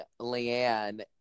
Leanne